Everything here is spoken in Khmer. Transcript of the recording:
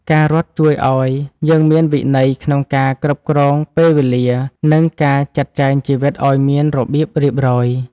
ការរត់ជួយឱ្យយើងមានវិន័យក្នុងការគ្រប់គ្រងពេលវេលា និងការចាត់ចែងជីវិតឱ្យមានរបៀបរៀបរយ។